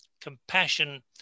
Compassion